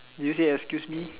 did you say excuse me